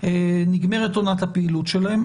נגמרת עונת הפעילות שלהם.